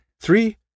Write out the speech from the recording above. Three